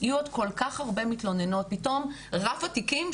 יהיו עוד כל כך הרבה מתלוננות ופתאום רף התיקים,